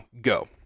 go